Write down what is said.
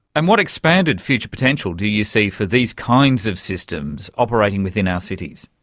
and what expanded future potential do you see for these kinds of systems operating within our cities?